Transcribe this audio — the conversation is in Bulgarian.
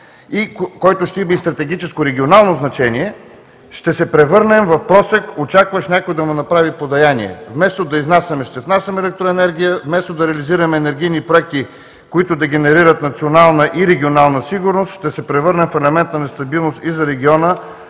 и който ще има и стратегическо регионално значение, ще се превърнем в просяк, очакващ някой да му направи подаяние. Вместо да изнасяме, ще внасяме електроенергия, вместо да реализираме енергийни проекти, които да генерират национална и регионална сигурност, ще се превърнем в елемент на нестабилност и за региона,